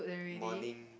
morning